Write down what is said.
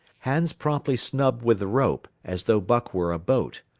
hans promptly snubbed with the rope, as though buck were a boat.